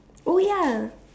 oh ya